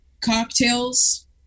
cocktails